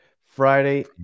Friday